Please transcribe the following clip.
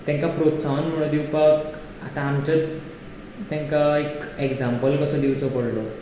तांकां प्रोत्साहन म्हूण दिवपाक आतां आमचें तांकां एक एग्झांपल कसो दिवचो पडलो